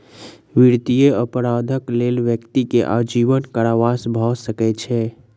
वित्तीय अपराधक लेल व्यक्ति के आजीवन कारावास भ सकै छै